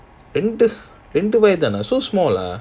ரெண்டு வாய் தானா:reandu waai thaana so small ah